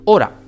Ora